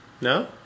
No